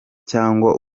cyangwa